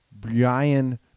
Brian